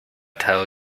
tell